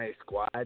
squad